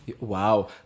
Wow